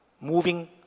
moving